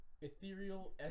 Ethereal